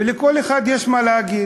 ולכל אחד יש מה להגיד,